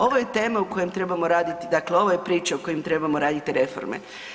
Ovo je tema u kojoj trebamo raditi, dakle ovo je priča u kojoj trebamo raditi reforme.